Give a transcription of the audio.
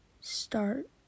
start